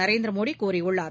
நரேந்திரமோடிகூறியுள்ளார்